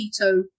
keto